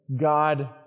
God